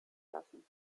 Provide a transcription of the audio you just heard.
lassen